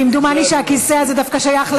כמדומני שהכיסא הזה דווקא שייך,